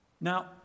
Now